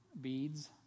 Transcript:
beads